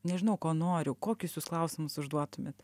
nežinau ko noriu kokius jūs klausimus užduotumėt